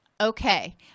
okay